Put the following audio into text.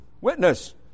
Witness